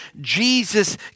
Jesus